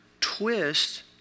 twist